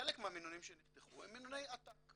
הם מינוני עתק